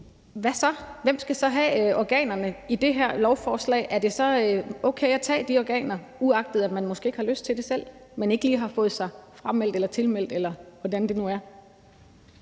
Hvem skal så have organerne ifølge det her beslutningsforslag? Er det så okay at tage de organer, uagtet at man måske ikke har lyst til det selv? Man har ikke lige fået sig frameldt eller tilmeldt, eller hvordan det nu er.